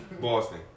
Boston